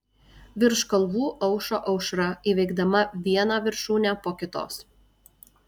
virš kalvų aušo aušra įveikdama vieną viršūnę po kitos